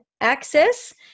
access